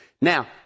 Now